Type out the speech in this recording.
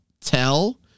tell